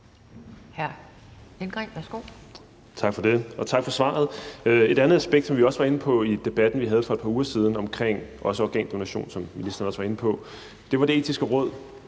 Stinus Lindgreen (RV): Tak for det, og tak for svaret. Et andet aspekt, som vi også var inde på i debatten, vi havde for et par uger siden, omkring også organdonation, hvilket ministeren også var inde på, var Det Etiske Råd